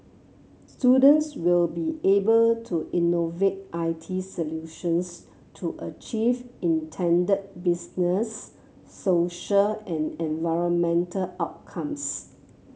students will be able to innovate I T solutions to achieve intended business social and environmental outcomes